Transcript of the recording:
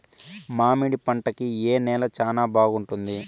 మామిడి పంట కి ఏ నేల చానా బాగుంటుంది